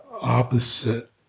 opposite